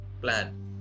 Plan